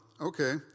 okay